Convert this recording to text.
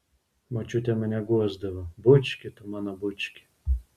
močiutė mane guosdavo bučki tu mano bučki